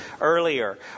earlier